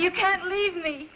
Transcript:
you can't leave me